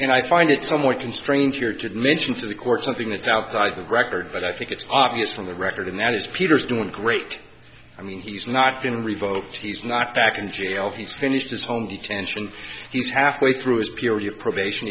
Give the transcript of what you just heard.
and i find it somewhat constrained here to mention for the court something that's outside the record but i think it's obvious from the record that it's peter's doing great i mean he's not been revoked he's not back in jail he's finished his home detention he's halfway through is purely a probation